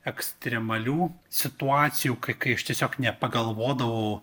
ekstremalių situacijų k kai aš tiesiog nepagalvodavau